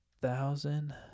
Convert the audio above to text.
Thousand